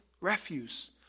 Refuse